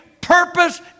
purpose